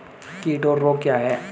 कीट और रोग क्या हैं?